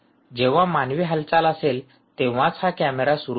जेव्हा मानवी हालचाल असेल तेव्हाच हा कॅमेरा सुरू होतो